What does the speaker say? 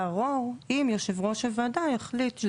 זה בטיפול,